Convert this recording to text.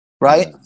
right